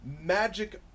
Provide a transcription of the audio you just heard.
magic